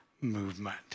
movement